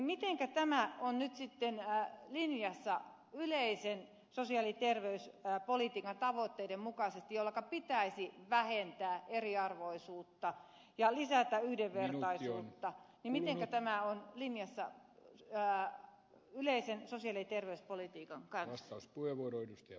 mitenkä tämä on nyt sitten linjassa yleisen sosiaali ja terveyspolitiikan tavoitteiden kanssa että pitäisi vähentää eriarvoisuutta ja lisätä yhdenvertaisuutta miten tämä on linjassa yleisen sosiaali ja terveyspolitiikan kanssa